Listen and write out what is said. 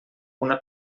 una